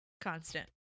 constant